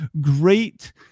great